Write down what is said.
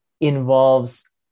involves